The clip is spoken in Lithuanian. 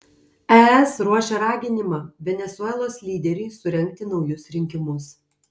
es ruošia raginimą venesuelos lyderiui surengti naujus rinkimus